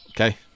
Okay